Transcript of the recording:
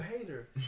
hater